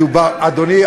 אדוני,